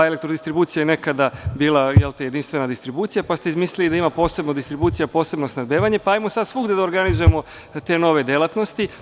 Elektrodistribucija je nekada bila jedinstvena distribucija, pa ste izmislili da ima posebno distribucija, posebno snabdevanje, pa ajmo sada svugde da organizujemo te nove delatnosti.